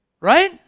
right